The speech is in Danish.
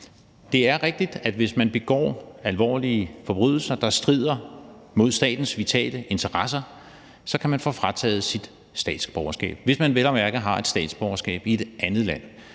Det er rigtigt, at man, hvis man begår alvorlige forbrydelser, der strider mod statens vitale interesser, så kan få frataget sit statsborgerskab, hvis man vel at mærke har et statsborgerskab i et andet land.